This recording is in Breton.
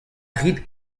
rit